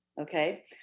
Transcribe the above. okay